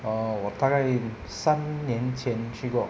oh 我大概三年前去过